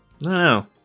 no